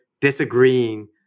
disagreeing